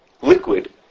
liquid